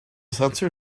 sensor